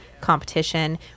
competition